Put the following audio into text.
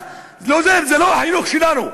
זה לא החינוך שלנו,